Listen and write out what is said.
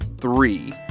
three